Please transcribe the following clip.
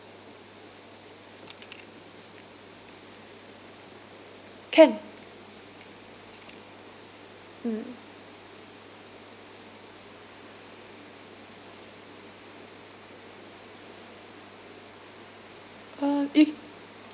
can mm um you